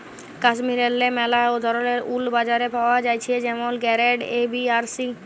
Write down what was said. কাশ্মীরেল্লে ম্যালা ধরলের উল বাজারে পাওয়া জ্যাছে যেমল গেরেড এ, বি আর সি